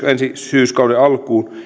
syyskauden alkuun